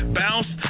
bounce